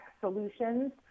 solutions